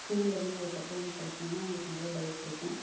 ஸ்கூலில் இருந்ததுக்கு அப்றம் வந்து படிக்கணும்னா அவங்களுக்கு நிறைய டவுட்டுருக்கும்